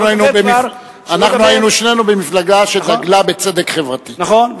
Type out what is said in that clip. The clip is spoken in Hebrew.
אנחנו שנינו היינו במפלגה שדגלה בצדק חברתי, נכון.